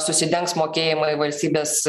susidengs mokėjimai valstybės